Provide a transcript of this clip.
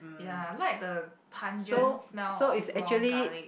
ya I like the pungent smell of raw garlic